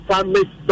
Family